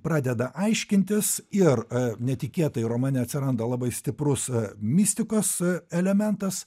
pradeda aiškintis ir netikėtai romane atsiranda labai stiprus mistikos elementas